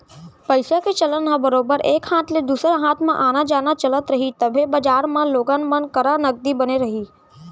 पइसा के चलन ह बरोबर एक हाथ ले दूसर हाथ म आना जाना चलत रही तभे बजार म लोगन मन करा नगदी बने रही